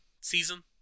season